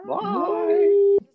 Bye